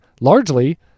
largely